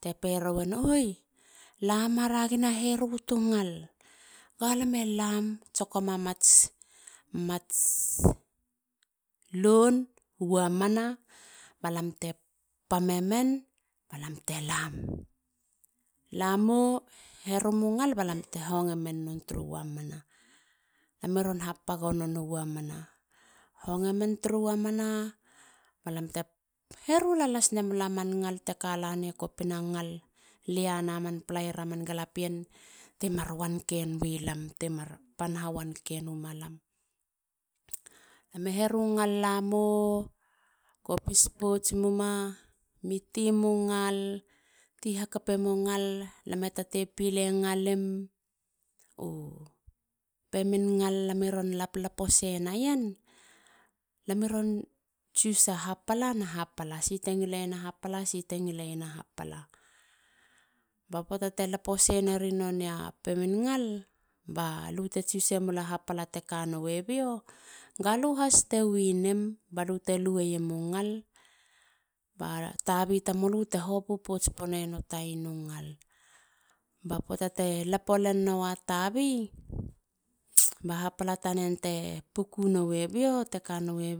Te perowen. oi. lama ra gina heru tu ngal. galam e lam. tsokom amats. mats loun. wamana. balamte pamemen balamte lam. lamo heruma ngal balam te hongo men turu wamana. balam te herula las nemula man ngal tekalane kopina ngal. lia na man palaira man galapien. ti mar wanken wilam. mar pan ha wanken wima lam. lam e heru ngal lamo. kopis pouts muma. mi timu ngal. ti hakapemo ngal. lam e tate pilengalim. u pemin ngal. lami ron laplapo sei naien. Lam i ron choose a hapala na hapala. si te ngileiena hapala. ba poata te lapo sei neri nonei a pemin ngal. balute choose mula happala tekane bio. galu haste winim,. bbalute lue iemu ngal. ba tabi tamulu te hopu pouts poneiena u ngal. ba poata te lapo len nowa tabi. ba hapala tanen te opuku nowe